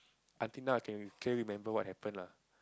until now I can clearly remember what happened ah